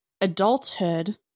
adulthood